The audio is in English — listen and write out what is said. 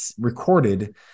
recorded